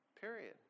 Period